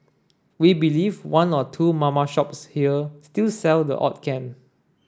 we believe one or two mama shops here still sell the odd can